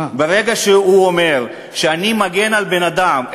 ברגע שהוא אומר שאני מגן על בן-אדם,